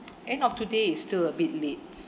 end of today is still a bit late